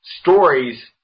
stories